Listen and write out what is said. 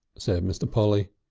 said mr. polly.